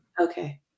Okay